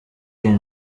iyi